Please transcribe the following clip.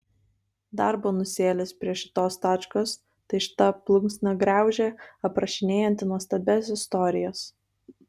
dar bonusėlis prie šitos tačkos tai šita plunksnagraužė aprašinėjanti nuostabias istorijas